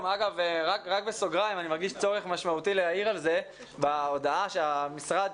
רק בסוגריים: אני מרגיש צורך משמעותי להעיר על כך שבהודעה של המשרד,